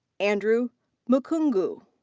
andrew mukungu.